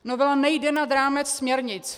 Novela nejde nad rámec směrnic.